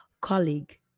colleague